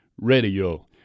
radio